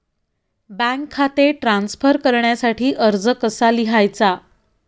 Bank खाते transfer करण्यासाठी अर्ज कसा लिहायचा?